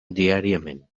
diàriament